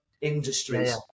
industries